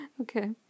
Okay